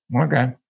okay